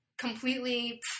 completely